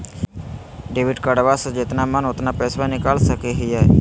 Debit कार्डबा से जितना मन उतना पेसबा निकाल सकी हय?